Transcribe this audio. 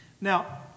Now